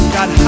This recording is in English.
God